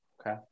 Okay